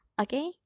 okay